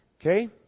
Okay